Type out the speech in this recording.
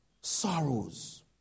sorrows